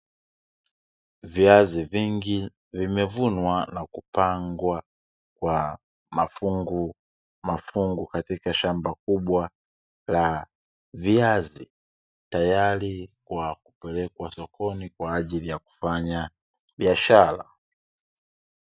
Viazi vingi vimevunwa na kupangwa kwa mafungu mafungu katika shamba kubwa la viazi, tayari kwa kupelekwa sokoni kwaajili ya kufanya biashara.